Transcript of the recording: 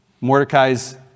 Mordecai's